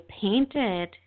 painted